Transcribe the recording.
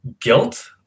guilt